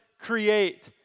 create